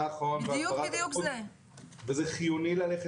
נכון, וזה חיוני ללכת הפוך.